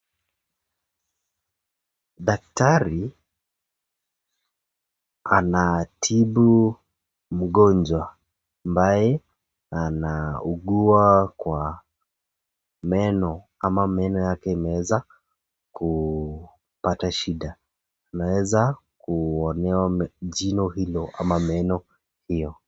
Daktari anatibu mmgonjwa ambaye anaugua kwa meno ama meno yake imeweza kupata shida. Anaweza kuonewa jino hilo ama meno hiyo.